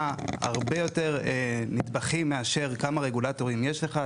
הרבה יותר נדבכים מאשר כמה רגולטורים יש לך,